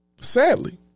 Sadly